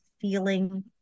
feeling